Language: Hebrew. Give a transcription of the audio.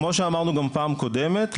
כמו שאמרנו גם בפעם הקודמת,